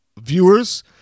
viewers